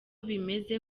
byagenze